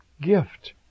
gift